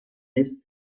ist